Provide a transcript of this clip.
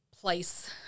place